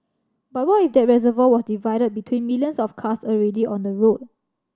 but what if that reservoir was divided between millions of cars already on the road